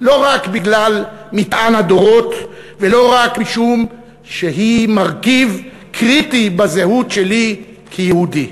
לא רק בגלל מטען הדורות ולא רק משום שהיא מרכיב קריטי בזהות שלי כיהודי.